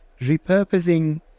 repurposing